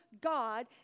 God